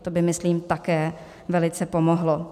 To by, myslím, také velice pomohlo.